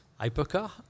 hypercar